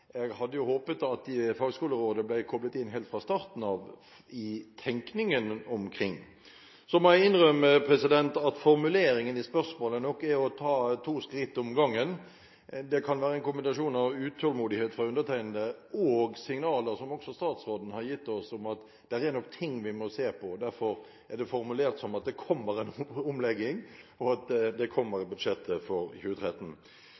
Jeg hadde jo håpet at fagskolerådet ble koblet inn helt fra starten av, i tenkningen omkring dette. Jeg må innrømme at formuleringen i spørsmålet nok er å ta to skritt om gangen. Det kan være en kombinasjon av utålmodighet fra undertegnede og signaler – som også statsråden har gitt oss – om at det nok er ting vi må se på. Derfor er spørsmålet formulert som at det kommer en omlegging, og at den kommer i budsjettet for 2013.